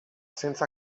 senza